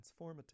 transformative